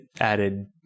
added